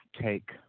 take